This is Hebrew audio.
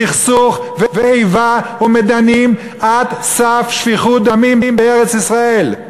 סכסוך ואיבה ומדנים עד סף שפיכות דמים בארץ-ישראל.